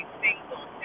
single